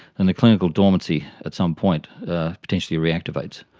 and the clinical dormancy at some point potentially reactivates.